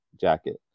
jacket